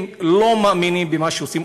אם לא מאמינים במה שעושים,